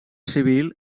civil